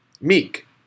meek